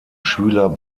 schüler